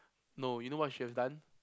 no you know what should have done